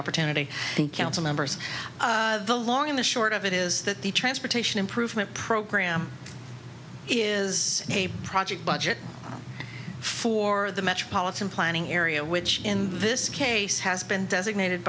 opportunity and council members the long in the short of it is that the transportation improvement program is a project budget for the metropolitan planning area which in this case has been designated